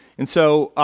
and so